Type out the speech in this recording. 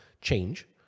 change